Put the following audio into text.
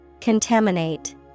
Contaminate